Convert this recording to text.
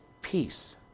peace